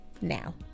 now